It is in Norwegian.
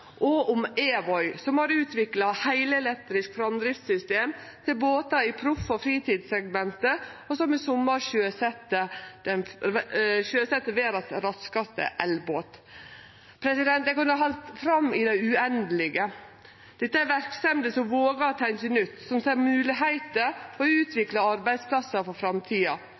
om Evoy AS, som har utvikla heilelektrisk framdriftssystem til båtar i proff- og fritidssegmentet, og som i sommar sjøsette verdas raskaste elbåt Eg kunne ha halde fram i det uendelege. Dette er verksemder som vågar å tenkje nytt, som ser moglegheiter og utviklar arbeidsplassar for framtida.